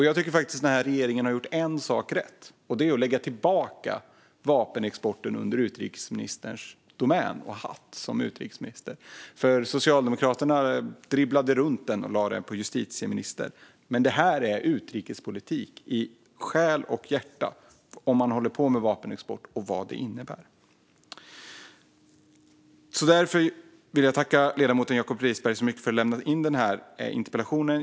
Jag tycker faktiskt att den här regeringen har gjort en sak rätt, och det är att man har lagt tillbaka vapenexporten på utrikesministerns domän så att utrikesministern nu har den under sin hatt. Socialdemokraterna dribblade runt vapenexporten och lade den på justitieministern, men att hålla på med vapenexport - och vad det innebär - är i själ och hjärta utrikespolitik. Därför vill jag tacka Jacob Risberg så mycket för att han lämnade in den här interpellationen.